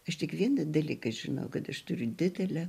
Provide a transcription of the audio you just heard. aš tik vieną dalyką žinau kad aš turiu didelę